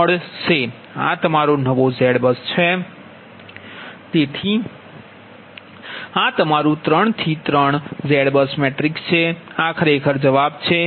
3500 તેથી આ તમારું 3 થી 3 Z બસ મેટ્રિક્સ છે આ ખરેખર જવાબ છે